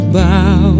bow